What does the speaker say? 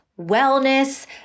wellness